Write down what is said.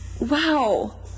Wow